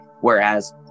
Whereas